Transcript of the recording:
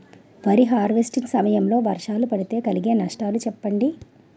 వరి హార్వెస్టింగ్ సమయం లో వర్షాలు పడితే కలిగే నష్టాలు చెప్పండి?